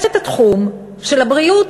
יש התחום של הבריאות,